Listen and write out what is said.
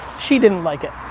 she didn't like it,